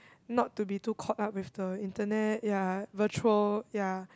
not to be too caught up with the internet ya virtual ya